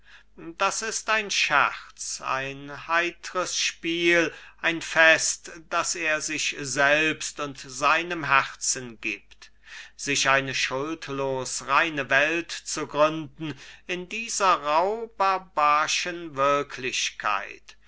das ist ein scherz ein heitres spiel ein fest das er sich selbst und seinem herzen gibt sich eine schuldlos reine welt zu gründen in dieser rauh barbarschen wirklichkeit